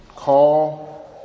Call